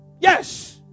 Yes